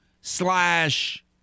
slash